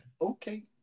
okay